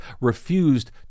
refused